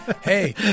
Hey